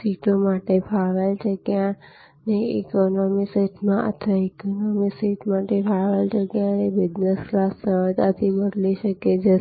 સીટો માટે ફાળવેલ જગ્યાને ઈકોનોમી સીટમાં અથવા ઈકોનોમી સીટ માટે ફાળવેલ જગ્યાને બિઝનેસ ક્લાસ સરળતાથી બદલી શકીએ છીએ